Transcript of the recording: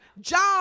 Jobs